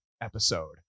episode